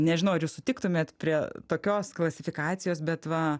nežinau ar jūs sutiktumėt prie tokios klasifikacijos bet va